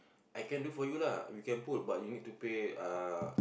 I can do for you lah you can pull but you need pay uh